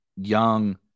young